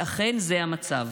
אכן, זה המצב.